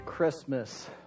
Christmas